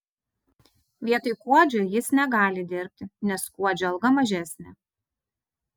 vietoj kuodžio jis negali dirbti nes kuodžio alga mažesnė